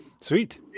sweet